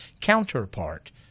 counterpart